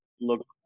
look